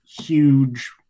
huge